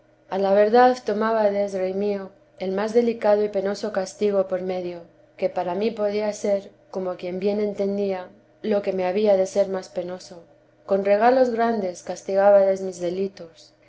a la verdad tomábades rey mío el más delicado y penoso castigo por medio que para mí podía ser como quien bien entendía lo que me había de ser más penoso con regalos grandes castigábades mis delitos